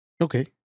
Okay